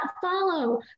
follow